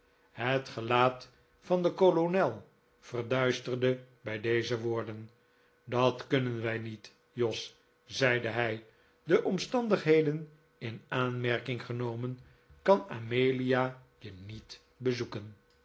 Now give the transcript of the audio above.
het gelaat van den kolonel verduisterde bij deze woorden dat kunnen wij niet jos zeide hij de omstandigheden in aanmerking genomen kan amelia je niet bezoeken